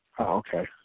okay